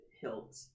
hilt